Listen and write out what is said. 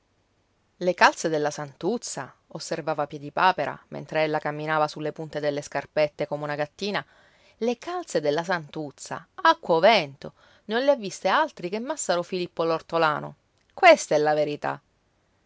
le calze della santuzza osservava piedipapera mentre ella camminava sulla punta delle scarpette come una gattina le calze della santuzza acqua o vento non le ha viste altri che massaro filippo l'ortolano questa è la verità